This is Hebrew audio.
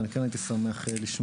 ואני כן הייתי שמח לשמוע.